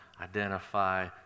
identify